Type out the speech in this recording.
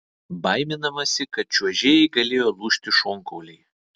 baiminamasi kad čiuožėjai galėjo lūžti šonkauliai